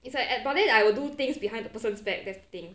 it's like at but then I will do things behind the person's back that's the thing